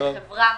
לחברה